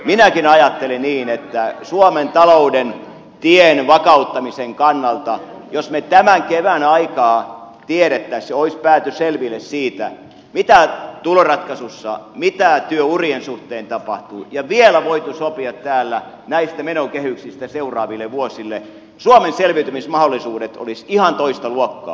minäkin ajattelen niin että suomen talouden tien vakauttamisen kannalta jos me tämän kevään aikaan olisimme tienneet ja päässeet selville siitä mitä tuloratkaisussa mitä työurien suhteen tapahtuu ja vielä voineet sopia täällä näistä menokehyksistä seuraaville vuosille suomen selviytymismahdollisuudet olisivat ihan toista luokkaa